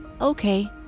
Okay